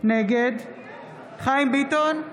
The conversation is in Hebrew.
נגד חיים ביטון,